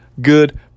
good